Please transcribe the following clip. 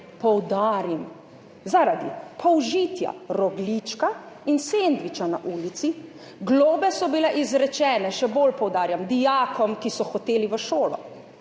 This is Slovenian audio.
poudarim, zaradi zaužitja rogljička in sendviča na ulici. Globe so bile izrečene, še bolj poudarjam, dijakom, ki so hoteli v šolo.